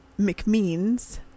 McMeans